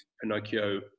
pinocchio